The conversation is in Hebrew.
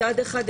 מצד אחד,